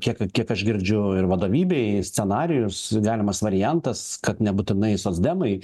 kiek kiek aš girdžiu ir vadovybei scenarijus galimas variantas kad nebūtinai socdemai